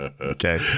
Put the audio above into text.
Okay